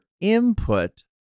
input